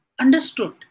understood